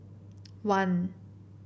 one